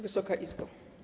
Wysoka Izbo!